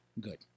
Good